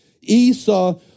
Esau